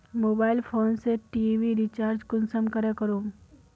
Mobile phone से TV recharge कुंसम करे करूम?